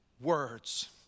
words